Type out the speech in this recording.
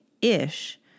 ish